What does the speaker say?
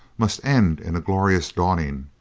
must end in a glorious dawning,